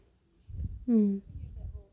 mm